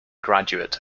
graduate